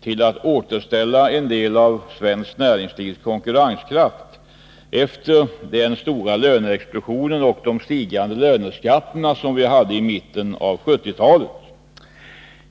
till att återställa en del av svenskt näringslivs konkurrenskraft efter den stora löneexplosionen och de stigande löneskatterna i mitten av 1970-talet.